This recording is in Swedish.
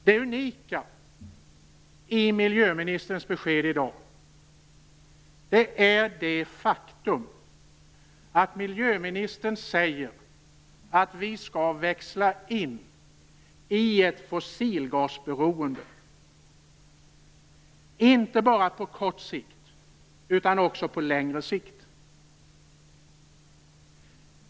Det unika i miljöministerns besked i dag är det faktum att miljöministern säger att vi skall växla in i ett fossilgasberoende, inte bara på kort sikt utan också på längre sikt.